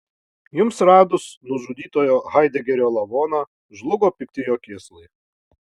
jums radus nužudytojo haidegerio lavoną žlugo pikti jo kėslai